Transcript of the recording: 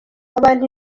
abantu